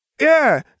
Yeah